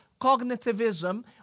cognitivism